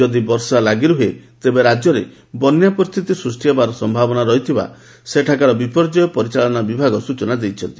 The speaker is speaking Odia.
ଯଦି ବର୍ଷା ଲାଗିରହେ ତେବେ ରାଜ୍ୟରେ ବନ୍ୟା ପରିସ୍ଥିତି ସୃଷ୍ଟି ହେବାର ସମ୍ଭାବନା ରହିଥିବା ସେଠାକାର ବିପର୍ଯ୍ୟୟ ପରିଚାଳନା ବିଭାଗ ସୂଚନା ଦେଇଛି